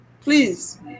Please